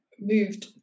moved